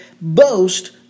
boast